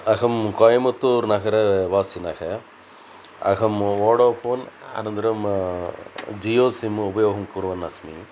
अहं कोयमत्तूर् नगरवासिनःअहम् वोडाफ़ोन् अनन्तरं जियो सिम् उपयोगं कुर्वन् अस्मि